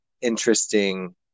interesting